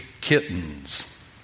kittens